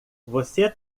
você